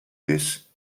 this